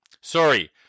Sorry